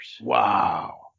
Wow